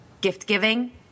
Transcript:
gift-giving